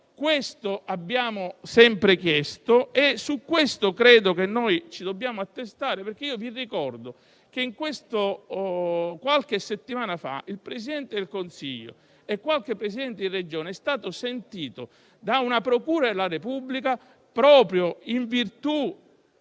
questo abbiamo sempre chiesto e su questo credo ci dobbiamo attestare. Vi ricordo che qualche settimana fa il Presidente del Consiglio e qualche Presidente di Regione sono stati sentiti da una procura della Repubblica proprio in virtù